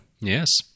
Yes